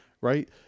right